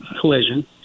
collision